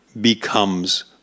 becomes